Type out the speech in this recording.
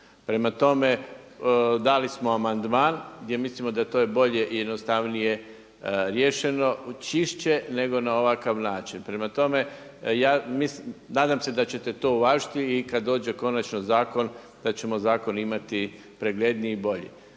Prema tome, dali smo amandman gdje mislimo da je to bolje i jednostavnije riješeno čišće nego na ovakav način. Prema tome, nadam se da ćete to uvažiti i kad dođe konačno zakon da ćemo zakon imati pregledniji i bolji.